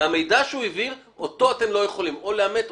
זה המידע שהוא העביר, שאותו אתם לא יכולים לאמת.